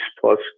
plus